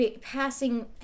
passing